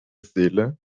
seele